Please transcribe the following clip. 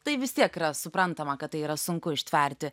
tai vis tiek yra suprantama kad tai yra sunku ištverti